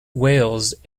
wales